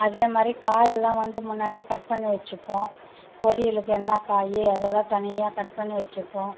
அதே மாதிரி காயெலாம் வந்து முன்னாடியே கட் பண்ணி வச்சுப்போம் பொரியலுக்கு என்ன காய் அதெலாம் தனியாக கட் பண்ணி வச்சுப்போம்